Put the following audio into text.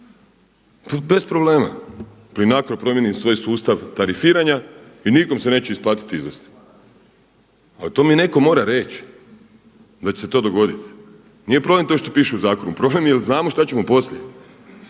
bez problema Plinacro promijeni svoj sustav tarifiranja i nikom se neće isplatiti izvesti. Ali to mi netko mora reći da će se to dogoditi. Nije problem to što piše u zakonu, problem je jel' znamo šta ćemo poslije